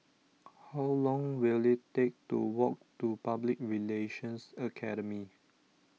how long will it take to walk to Public Relations Academy